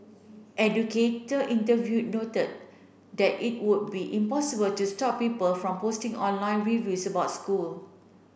educator interviewed noted that it would be impossible to stop people from posting online reviews about school